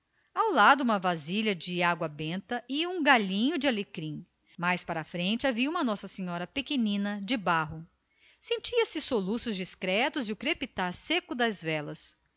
logo junto uma vasilha de água benta com um galinho de alecrim mais para a frente uma nossa senhora pequenina de barro pintado ouviam-se soluços discretos e o crepitar seco das velas